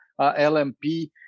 LMP